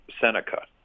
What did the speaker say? Seneca